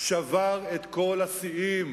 שבר את כל השיאים